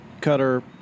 cutter